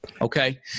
Okay